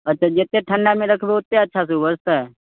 अच्छा जतेक ठण्डामे रखबै ओतेक अच्छासँ उपजतै